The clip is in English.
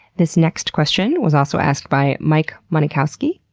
this next question was also asked by mike monikowski.